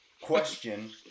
question